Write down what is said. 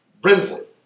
Brinsley